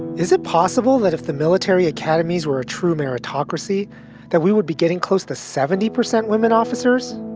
is it possible that if the military academies were a true meritocracy that we would be getting close to seventy percent women officers?